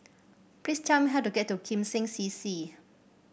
please tell me how to get to Kim Seng C C